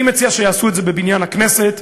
אני מציע שיעשו את זה בבניין הכנסת.